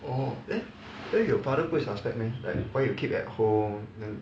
oh then then your father 不会 suspect meh like why you keep at home then